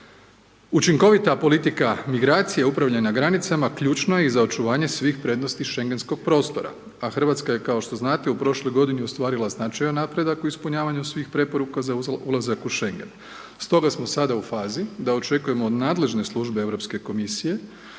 Učinkovita politika migracije upravljanja granicama ključno je i za očuvanje svih prednosti Šengenskog prostora, a RH je kao što znate, u prošloj godini ostvarila značajan napredak u ispunjavanju svih preporuka za ulazak u Šengen. Stoga smo sada u fazi da očekujemo od nadležne službe Europske Komisije